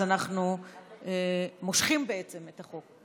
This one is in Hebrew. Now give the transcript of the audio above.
אז אנחנו מושכים בעצם את החוק.